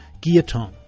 Guillotin